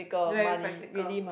very practical